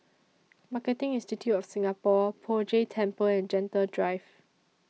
Marketing Institute of Singapore Poh Jay Temple and Gentle Drive